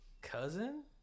cousin